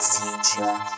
Future